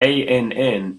ann